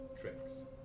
tricks